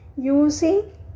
using